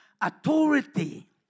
authority